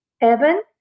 Evan